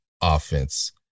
offense